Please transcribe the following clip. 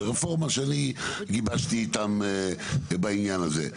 ברפורמה שאני גיבשתי איתם בעניין הזה.